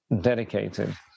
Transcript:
dedicated